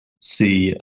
see